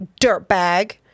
dirtbag